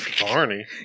Barney